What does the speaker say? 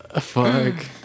Fuck